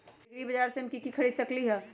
एग्रीबाजार से हम की की खरीद सकलियै ह?